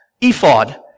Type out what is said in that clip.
Ephod